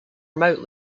remote